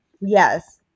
Yes